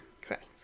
Correct